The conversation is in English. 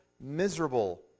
miserable